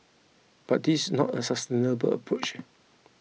but this is not a sustainable approach